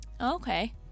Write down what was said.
Okay